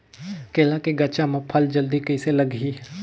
केला के गचा मां फल जल्दी कइसे लगही?